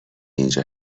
اینجا